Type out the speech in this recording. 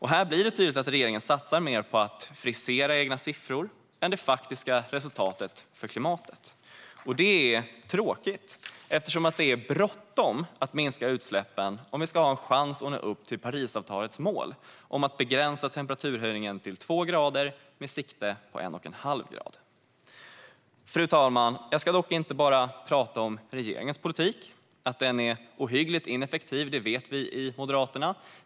Här blir det tydligt att regeringen satsar mer på att frisera sina egna siffror än på det faktiska resultatet för klimatet. Det är tråkigt eftersom det är bråttom att minska utsläppen om vi ska ha en chans att nå upp till Parisavtalets mål om att begränsa temperaturhöjningen till två grader, med sikte på en och en halv grad. Fru talman! Jag ska dock inte bara prata om regeringens politik. Att den är ohyggligt ineffektiv vet vi i Moderaterna.